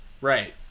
Right